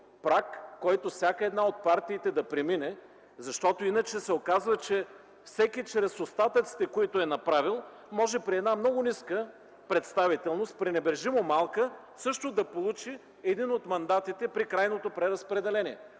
праг, който всяка една от партиите да премине, защото иначе се оказва, че всеки чрез остатъците, които е направил, може при една много ниска представителност, пренебрежимо малка, също да получи един от мандатите при крайното преразпределение.